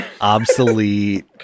obsolete